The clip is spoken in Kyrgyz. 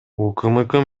укмк